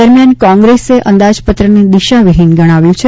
દરમિયાન કોંગ્રેસે અંદાજપત્રને દિશાવિહીન ગણાવ્યૂં છે